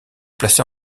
placée